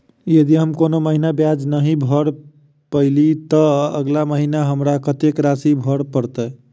यदि हम कोनो महीना ब्याज नहि भर पेलीअइ, तऽ अगिला महीना हमरा कत्तेक राशि भर पड़तय?